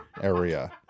area